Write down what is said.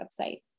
website